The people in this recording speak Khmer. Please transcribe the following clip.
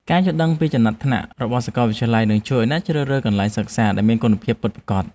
ការយល់ដឹងពីចំណាត់ថ្នាក់របស់សាកលវិទ្យាល័យនឹងជួយឱ្យអ្នកជ្រើសរើសកន្លែងសិក្សាដែលមានគុណភាពពិតប្រាកដ។